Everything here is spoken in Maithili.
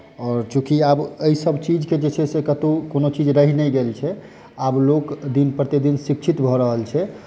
आओर चूँकि आब एहिसभ चीजके जे छै से जे कतहु कोनो चीज रहि नहि गेल छै आब लोक दिन प्रतिदिन शिक्षित भऽ रहल छै